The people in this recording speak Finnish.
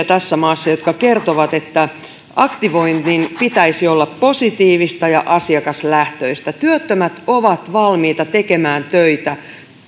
tässä maassa lukuisia selvityksiä jotka kertovat että aktivoinnin pitäisi olla positiivista ja asiakaslähtöistä työttömät ovat valmiita tekemään töitä